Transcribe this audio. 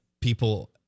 people